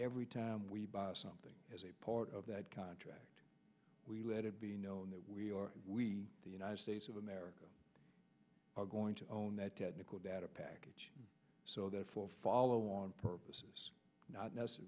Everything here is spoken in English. every time we buy something as a part of that contract we let it be known that we are we the united states of america are going to own that technical data package so that for follow on purposes not necessary